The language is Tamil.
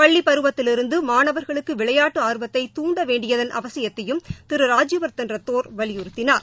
பள்ளி பருவத்திலிருந்து மாணவர்களுக்கு விளையாட்டு ஆர்வத்தை துண்ட வேண்டியதன் அவசியத்தையும் திரு ராஜ்யவர்த்தன் ரத்தோார் வலியுறுத்தினார்